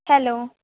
hello